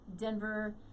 Denver